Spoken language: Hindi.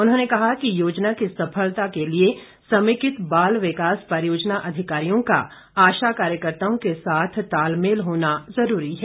उन्होंने कहा कि योजना की सफलता के लिए समेकित बाल विकास परियोजना अधिकारियों का आशा कार्यकर्त्ताओं के साथ तालमेल होना जरूरी है